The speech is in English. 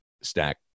stack